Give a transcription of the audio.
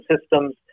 systems